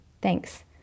Thanks